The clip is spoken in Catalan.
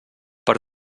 per